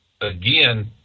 again